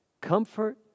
Comfort